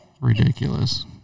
Ridiculous